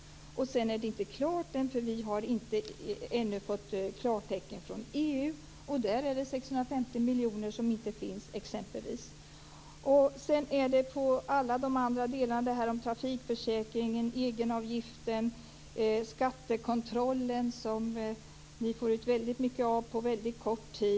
För det andra är det inte klart, för vi har ännu inte fått klartecken från EU. Där fattas 650 miljoner, exempelvis. Vad gäller alla de andra delarna - trafikförsäkringen, egenavgiften och skattekontrollen - får ni ut väldigt mycket på väldigt kort tid.